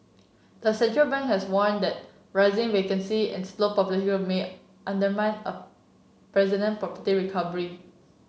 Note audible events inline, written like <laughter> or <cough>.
the central bank has warned that rising vacancy and slow population <unintelligible> may undermine a resident property recovery